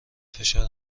فشار